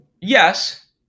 Yes